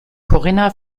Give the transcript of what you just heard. corinna